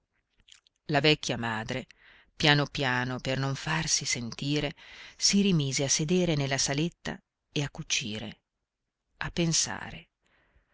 la vecchia madre piano piano per non farsi sentire si rimise a sedere nella saletta e a cucire a pensare